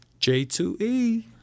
J2E